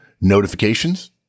notifications